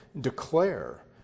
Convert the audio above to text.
declare